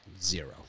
Zero